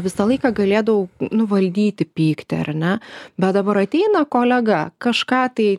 visą laiką galėdavau nu valdyti pyktį ar ne bet dabar ateina kolega kažką tai